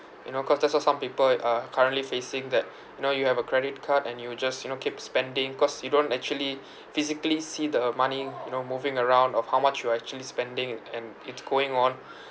you know cause that's what some people are currently facing that you know you have a credit card and you will just you know keep spending cause you don't actually physically see the money you know moving around of how much you are actually spending it and it's going on